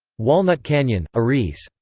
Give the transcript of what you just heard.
walnut canyon, ariz.